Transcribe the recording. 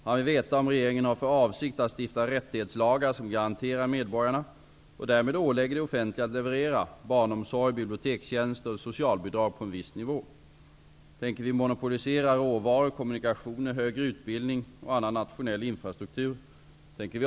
Han vill veta om regeringen har för avsikt att stifta rättighetslagar som garanterar medborgarna -- och därmed ålägger det offentliga att leverera -- barnomsorg, bibliotekstjänster och socialbidrag på en viss nivå. Tänker vi monopolisera råvaror, kommunikationer, högre utbildning och annan nationell infrastruktur?